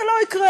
זה לא יקרה.